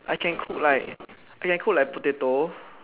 I can cook like I can cook like potato